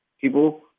people